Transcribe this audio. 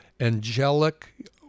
angelic